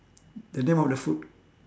the name of the food